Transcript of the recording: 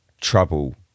trouble